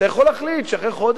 אתה יכול להחליט אחרי חודש,